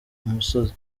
imusozi